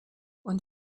und